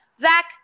Zach